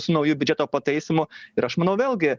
su nauju biudžeto pataisymu ir aš manau vėlgi